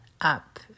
up